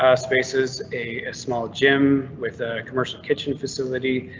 ah space is a small gym with ah commercial kitchen facility.